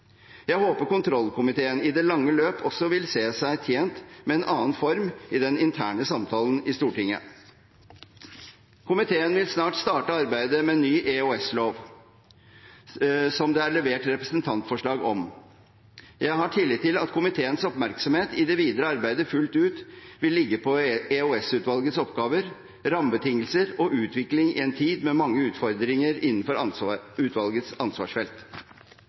Jeg håper kontrollkomiteen i det lange løp også vil se seg tjent med en annen form i den interne samtalen i Stortinget. Komiteen vil snart starte arbeidet med en ny EOS-lov, som det er levert representantforslag om. Jeg har tillit til at komiteens oppmerksomhet i det videre arbeidet fullt ut vil ligge på EOS-utvalgets oppgaver, rammebetingelser og utvikling i en tid med mange utfordringer innenfor utvalgets ansvarsfelt.